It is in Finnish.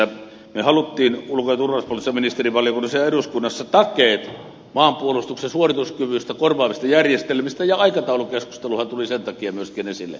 me halusimme ulko ja turvallisuuspoliittisessa ministerivaliokunnassa ja eduskunnassa takeet maanpuolustuksen suorituskyvystä korvaavista järjestelmistä ja aikataulukeskusteluhan tuli myöskin sen takia esille